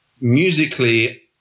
Musically